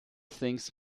things